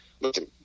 Listen